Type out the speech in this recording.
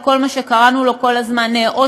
כולל לוח